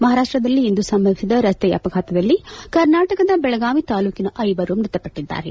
ಮಹಾರಾಷ್ಲದಲ್ಲಿಂದು ಸಂಭವಿಸಿದ ಭೀಕರ ರಸ್ತೆ ಅಪಘಾತದಲ್ಲಿ ಕರ್ನಾಟಕದ ಬೆಳಗಾವಿ ತಾಲ್ಲೂಕಿನ ಐವರು ಮೃತಪಟ್ಟದ್ದಾರೆ